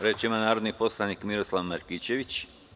Reč ima narodni poslanik Miroslav Markićević.